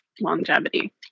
longevity